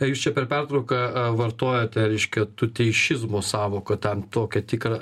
jūs čia per pertrauką vartojote reiškia tuteišizmo sąvoką tam tokią tikrą